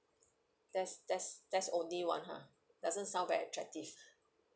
that's that's that's only one ha doesn't sound very attractive